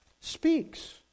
speaks